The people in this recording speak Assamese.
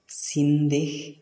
চীনদেশ